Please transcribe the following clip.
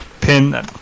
Pin